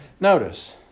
Notice